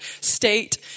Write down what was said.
state